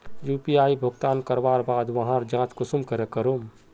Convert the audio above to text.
UPI भुगतान करवार बाद वहार जाँच कुंसम करे करूम?